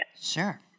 Sure